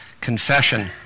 Confession